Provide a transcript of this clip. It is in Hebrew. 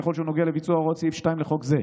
ככל שהוא נוגע לביצוע הוראות סעיף 2 לחוק זה,